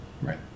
right